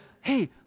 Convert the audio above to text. Hey